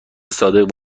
صادق